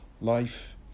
Life